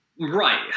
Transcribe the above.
Right